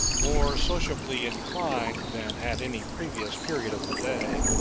more sociably inclined than at any previous period of the day,